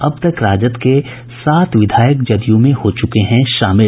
अब तक राजद के सात विधायक जदयू में हो चुके हैं शमिल